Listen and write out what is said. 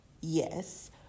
Yes